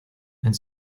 and